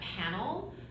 panel